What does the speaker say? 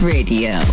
Radio